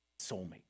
Soulmate